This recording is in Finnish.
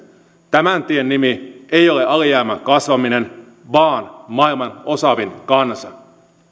tämän tien nimi ei ole alijäämän kasvaminen vaan maailman osaavin kansa